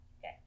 Okay